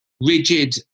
rigid